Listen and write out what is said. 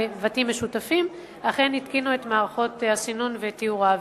בבתים משותפים אכן התקינו את מערכות הסינון וטיהור האוויר.